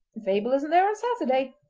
if abel isn't there on saturday